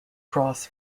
cross